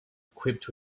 equipped